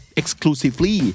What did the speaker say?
exclusively